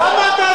למה אתה,